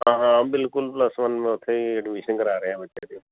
ਹਾਂ ਹਾਂ ਬਿਲਕੁਲ ਪਲੱਸ ਵਨ ਉੱਥੇ ਐਡਮਿਸ਼ਨ ਕਰਾ ਰਿਹਾ ਬੱਚੇ ਦੀ